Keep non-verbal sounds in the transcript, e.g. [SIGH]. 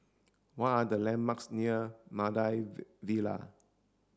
what are the landmarks near Maida [UNINTELLIGIBLE] Vale